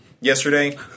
yesterday